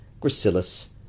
gracilis